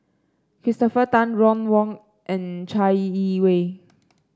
Christopher Tan Ron Wong and Chai Yee Wei